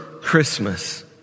Christmas